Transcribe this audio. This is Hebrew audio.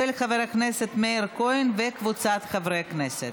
של חבר הכנסת מאיר כהן וקבוצת חברי הכנסת.